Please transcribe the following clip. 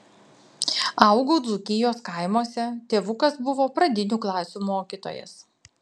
augau dzūkijos kaimuose tėvukas buvo pradinių klasių mokytojas